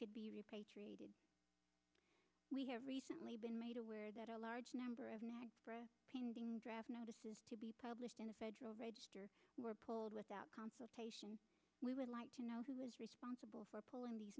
could be repatriated we have recently been made aware that a large number of pending draft notices to be published in the federal register were pulled without consultation we would like to know who was responsible for pulling these